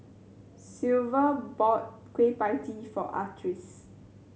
Sylva bought Kueh Pie Tee for Artis